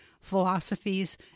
philosophies